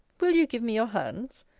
will you give me your hands?